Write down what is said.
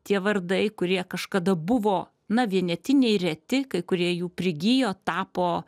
tie vardai kurie kažkada buvo na vienetiniai reti kai kurie jų prigijo tapo